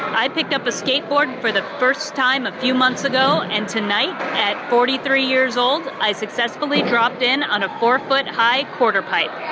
i picked up a skateboard for the first time a few months ago, and tonight at forty three years old, i successfully dropped in on a four foot high quarter pipe.